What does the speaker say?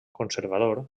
conservador